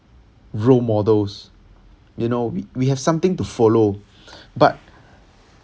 role models you know we we have something to follow but